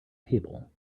table